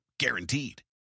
guaranteed